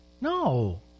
No